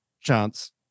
chance